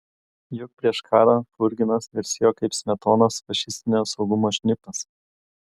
juk prieš karą churginas garsėjo kaip smetonos fašistinio saugumo šnipas